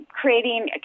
creating